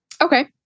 Okay